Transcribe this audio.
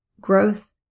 growth